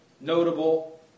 notable